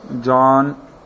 John